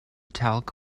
talc